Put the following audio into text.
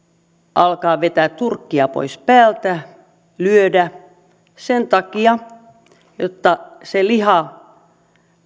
alkaa vetää turkkia pois päältä lyödä sen takia jotta se liha